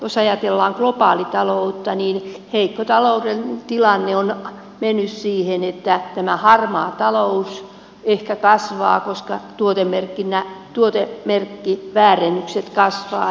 jos ajatellaan globaalitaloutta niin heikko taloudellinen tilanne on mennyt siihen että tämä harmaa talous ehkä kasvaa koska tuotemerkkiväärennökset kasvavat